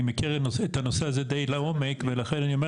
אני מכיר את הנושא הזה די לעומק ולכן אני אומר